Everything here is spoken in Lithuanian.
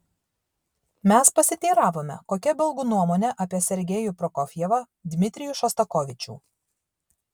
mes pasiteiravome kokia belgų nuomonė apie sergejų prokofjevą dmitrijų šostakovičių